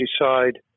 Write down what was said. decide